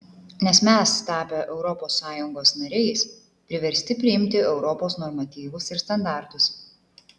nes mes tapę europos sąjungos nariais priversti priimti europos normatyvus ir standartus